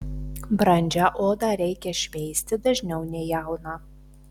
brandžią odą reikia šveisti dažniau nei jauną